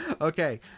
Okay